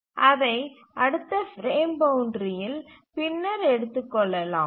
அதை அடுத்த பிரேமில் அடுத்த பிரேம் பவுண்ட்றியில் பின்னர் எடுத்துக்கொள்ளலாம்